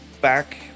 back